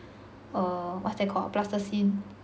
err what's that called plasticine